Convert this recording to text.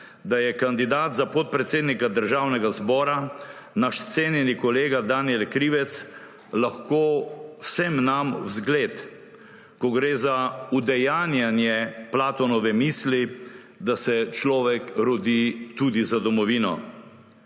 da je kandidat za podpredsednika Državnega zbora, naš cenjeni kolega Danijel Krivec, lahko vsem nam v zgled, ko gre za udejanjanje Platonove misli, da se človek rodi tudi za domovino.